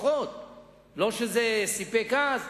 לא שזה סיפק אז,